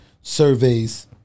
surveys